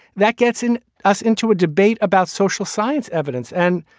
that gets and us into a debate about social science evidence. and,